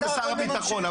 ושר הביטחון.